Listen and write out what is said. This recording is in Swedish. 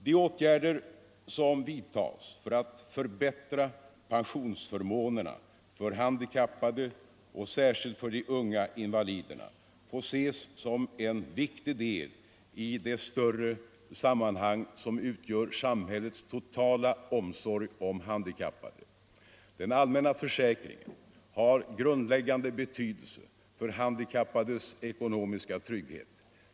De åtgärder som vidtas för att förbättra pensionsförmånerna för handikappade och särskilt för de unga invaliderna får ses som en viktig del i det större sammanhang som utgör samhällets totala omsorg om handikappade. Den allmänna försäkringen har grundläggande betydelse för handikappades ekonomiska trygghet.